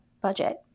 budget